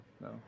no